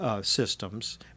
systems